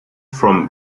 from